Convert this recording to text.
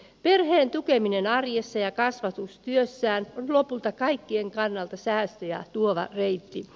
perheen tukeminen arjessa ja kasvatustyössä on lopulta kaikkien kannalta säästöjä tuova reitti